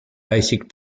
basic